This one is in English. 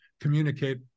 communicate